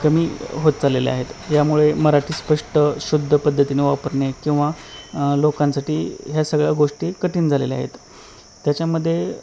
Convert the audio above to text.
कमी होत चाललेल्या आहेत यामुळे मराठी स्पष्ट शुद्ध पद्धतीने वापरणे किंवा लोकांसाठी ह्या सगळ्या गोष्टी कठीण झालेल्या आहेत त्याच्यामध्ये